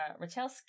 Rachelski